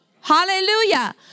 hallelujah